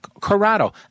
Corrado